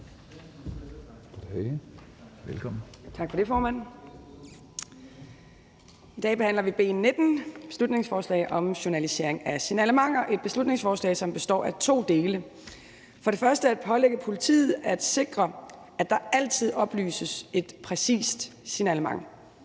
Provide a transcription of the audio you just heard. Tak for det, formand. I dag behandler vi B 19, et beslutningsforslag om journalisering af signalementer. Det er et beslutningsforslag, som består af to dele. Den første er at pålægge politiet at sikre, at der altid oplyses et præcist signalement